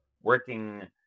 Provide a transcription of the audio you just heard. working